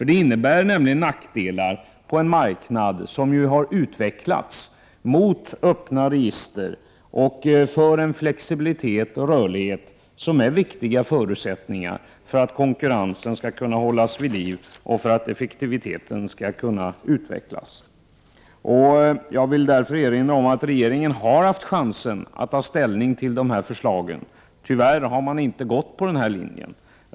Den innebär nämligen nackdelar på en marknad som har utvecklats i riktning mot öppna register och mot en flexibilitet och rörlighet som är viktiga förutsättningar för att konkurrensen skall kunna hållas vid liv och för att effektiviteten skall kunna utvecklas. Jag vill därför erinra om att regeringen har haft chansen att ta ställning till dessa förslag. Tyvärr har regeringen inte följt denna linje.